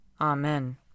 Amen